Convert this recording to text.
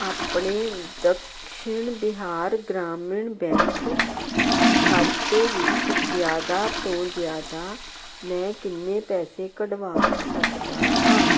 ਆਪਣੇ ਦਕਸ਼ਿਣ ਬਿਹਾਰ ਗ੍ਰਾਮੀਣ ਬੈਂਕ ਖਾਤੇ ਵਿੱਚ ਜ਼ਿਆਦਾ ਤੋਂ ਜ਼ਿਆਦਾ ਮੈਂ ਕਿੰਨੇ ਪੈਸੇ ਕੱਢਵਾ ਸਕਦਾ ਹਾਂ